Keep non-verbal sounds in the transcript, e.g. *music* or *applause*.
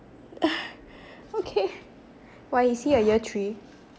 *coughs* okay why is he a year three